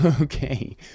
Okay